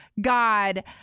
God